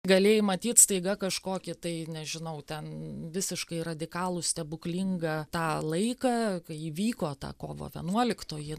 galėjai matyt staiga kažkokį tai nežinau ten visiškai radikalų stebuklingą tą laiką kai įvyko ta kovo vienuoliktoji